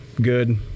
Good